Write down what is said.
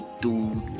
dude